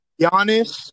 Giannis